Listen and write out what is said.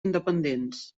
independents